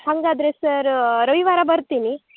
ಹಂಗಾದರೆ ಸರ್ ರವಿವಾರ ಬರ್ತೀನಿ